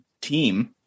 team